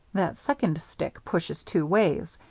that second stick pushes two ways.